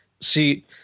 see